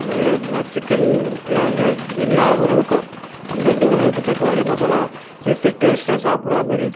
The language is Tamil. அந்த எப்படின்னா சிக்கனுக்கெலாம் எல்லா உணவுக்கும் அந்தந்த உணவுக்குத் தக்கவாறு மசாலா சேர்த்து டேஸ்ட்டாக சாப்பிட்றமாரி